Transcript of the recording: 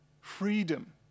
freedom